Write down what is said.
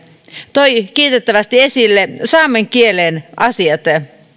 toi kiitettävästi esille saamen kielen asiat